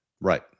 Right